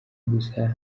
gusa